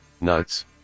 nuts